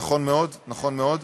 נכון מאוד, נכון מאוד.